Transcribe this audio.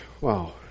Wow